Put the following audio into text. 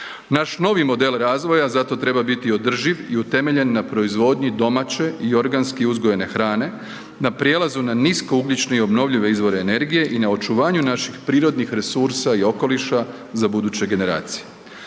Naš novi model razvoja zato treba biti održiv i utemeljen na proizvodnji domaće i organski uzgojene hrane na prijelazu na niskougljične i obnovljive izvore energije i na očuvanju naših prirodnih resursa i okoliša za buduće generacije.